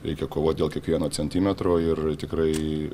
reikia kovoti dėl kiekvieno centimetro ir tikrai